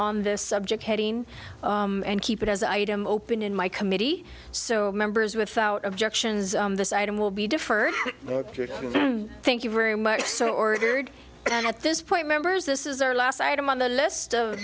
on this subject heading and keep it as item open in my committee so members without objections this item will be deferred thank you very much so ordered and at this point members this is our last item on the list of